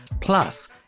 Plus